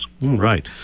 Right